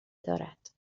دارد